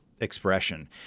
expression